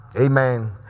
Amen